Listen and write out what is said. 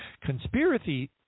conspiracy